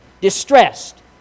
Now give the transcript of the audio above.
distressed